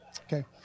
Okay